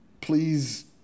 please